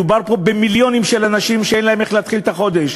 מדובר פה במיליונים של אנשים שאין להם איך להתחיל את החודש,